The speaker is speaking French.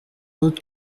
autre